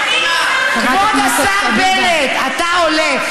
כבוד השר בנט, אתה עולה.